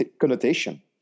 connotation